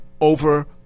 over